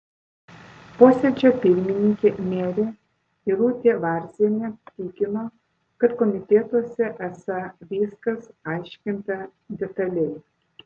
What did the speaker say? posėdžio pirmininkė merė irutė varzienė tikino kad komitetuose esą viskas aiškinta detaliai